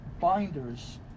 binders